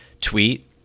tweet